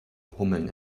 hummeln